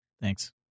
Thanks